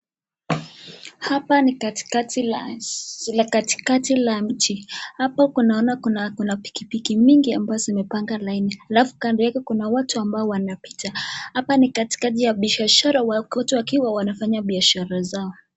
Hapa ni katikati la mji, hapo naona kuna pikipiki mingi ambazo zimepanga laini , alafu kando yake kuna watu ambao wanapita. Hapa ni katikati ya biashara watu wakiwa wanafanya biashara zao.